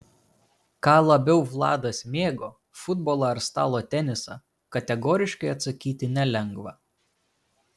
ką labiau vladas mėgo futbolą ar stalo tenisą kategoriškai atsakyti nelengva